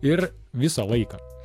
ir visą laiką